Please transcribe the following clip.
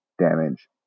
damage